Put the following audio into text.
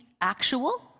actual